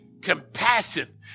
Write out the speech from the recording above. compassion